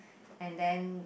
and then